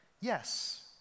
Yes